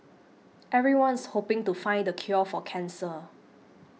everyone's hoping to find the cure for cancer